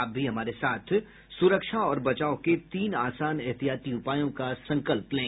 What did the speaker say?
आप भी हमारे साथ सुरक्षा और बचाव के तीन आसान एहतियाती उपायों का संकल्प लें